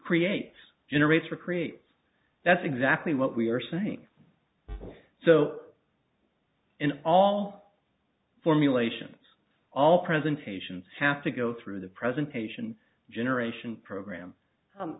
creates generates recreates that's exactly what we are saying so in all formulation all presentations have to go through the presentation generation program